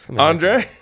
Andre